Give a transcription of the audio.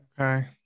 Okay